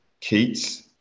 Keats